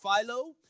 Philo